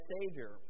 Savior